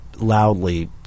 loudly